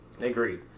Agreed